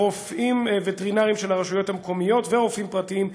רופאים וטרינרים של הרשויות המקומיות ורופאים פרטיים,